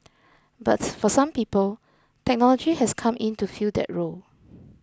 but for some people technology has come in to fill that role